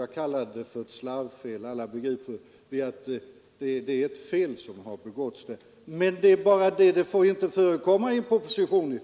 Jag kallar det ett slarvfel. Alla begriper att det är ett fel som begåtts. Det är bara det att det inte får förekomma sådana i propositioner